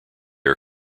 are